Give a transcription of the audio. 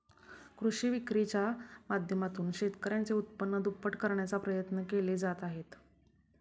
कृषी विक्रीच्या माध्यमातून शेतकऱ्यांचे उत्पन्न दुप्पट करण्याचा प्रयत्न केले जात आहेत